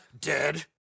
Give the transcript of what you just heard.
dead